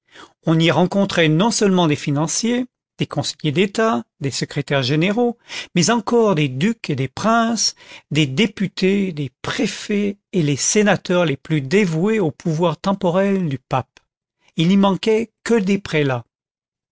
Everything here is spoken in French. on y rencontrait non-seulement des financiers des conseillers d'état des secrétaires généraux mais encore des ducs et des princes des députés des préfets et les sénateurs les plus dévoués au pouvoir temporel du pape il n'y manquait que des prélats